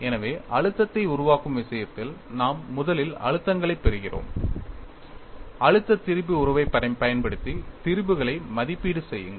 எனவே அழுத்தத்தை உருவாக்கும் விஷயத்தில் நாம் முதலில் அழுத்தங்களைப் பெறுகிறோம் அழுத்த திரிபு உறவைப் பயன்படுத்தி திரிபுகளை மதிப்பீடு செய்யுங்கள்